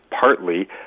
Partly